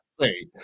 say